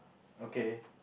okay